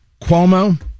Cuomo